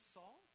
Saul